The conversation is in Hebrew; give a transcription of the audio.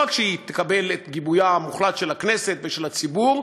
לא רק שהיא תקבל את גיבוים המוחלט של הכנסת ושל הציבור,